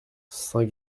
saint